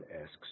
asks